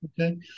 Okay